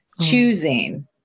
choosing